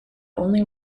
only